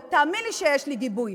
ותאמין לי שיש לי גיבוי.